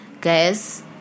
guys